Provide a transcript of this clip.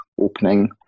opening